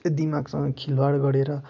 दिमागसँग खेलबाड गरेर